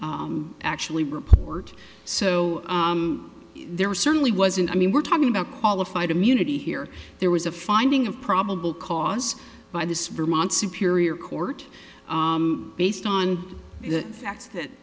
to actually report so there certainly wasn't i mean we're talking about qualified immunity here there was a finding of probable cause by this vermont superior court based on the facts that